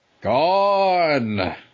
gone